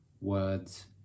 words